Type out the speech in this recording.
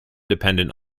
dependent